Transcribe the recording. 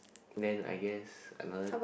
then I guess another